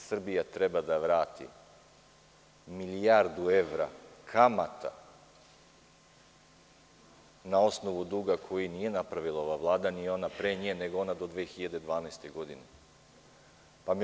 Srbija treba da vrati milijardu evra kamate na osnovu duga koji nije napravila ova Vlada, ni ona pre nje, nego ona do 2012. godine.